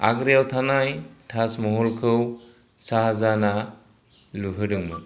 आग्रायाव थानाय ताजमहलखौ शाहजहाँआ लुहोदोंमोन